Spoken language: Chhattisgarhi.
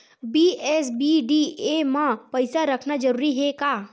बी.एस.बी.डी.ए मा पईसा रखना जरूरी हे का?